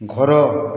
ଘର